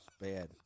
bad